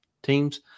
Teams